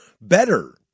better